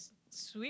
sweep